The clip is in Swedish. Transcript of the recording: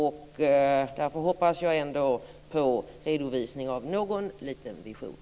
Därför hoppas jag ändå på redovisning av någon liten vision.